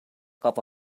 cup